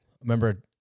remember